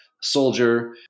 soldier